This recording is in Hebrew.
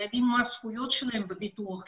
להבין מה הזכויות שלהם בביטוח לאומי,